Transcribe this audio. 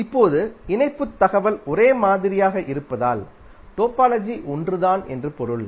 இப்போது இணைப்புத் தகவல் ஒரே மாதிரியாக இருப்பதால் டோபாலஜி ஒன்றுதான் என்று பொருள்